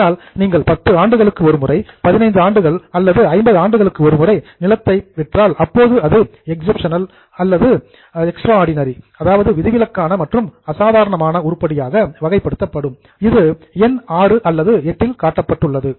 ஆனால் நீங்கள் 10 ஆண்டுகளுக்கு ஒரு முறை 15 ஆண்டுகள் அல்லது 50 ஆண்டுகளுக்கு ஒரு முறை நிலத்தை விற்றால் அப்போது அதில் எக்சப்ஷனல் அண்ட் எக்ஸ்ட்ராடினரி விதிவிலக்கான மற்றும் அசாதாரணமான உருப்படியாக வகைப்படுத்தப்படும் இது எண் 6 அல்லது 8 இல் காட்டப்பட்டுள்ளது